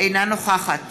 אינה נוכחת